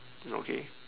okay